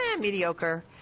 mediocre